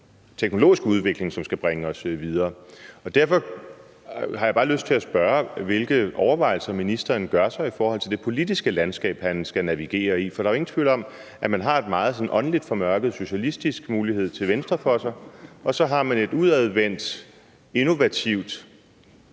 teknologiske udvikling, som skal bringe os videre. Derfor har jeg bare lyst til at spørge, hvilke overvejelser ministeren gør sig i forhold til det politiske landskab, han skal navigere i. Der er jo ingen tvivl om, at man har en meget sådan åndeligt formørket socialistisk mulighed til venstre for sig, og så har man et udadvendt, innovativt